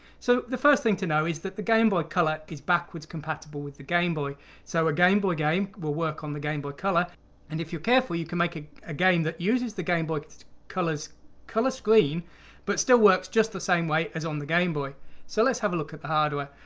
so the first thing to know is that the gameboy color is backwards compatible with the game boy so a game boy game will work on the game boy color and if you're careful you can make a ah game that uses the game boy color's color-screen but still works just the same way as on the game boy so let's have a look at the hardware.